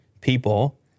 people